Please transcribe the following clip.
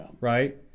right